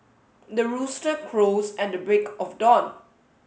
the rooster crows at the break of dawn